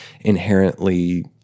inherently